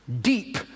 deep